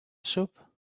soup